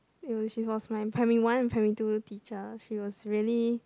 ya she was my primary one and primary two teacher she was really